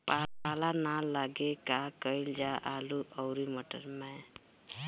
पाला न लागे का कयिल जा आलू औरी मटर मैं?